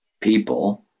People